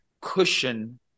cushion